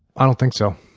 i don't think so.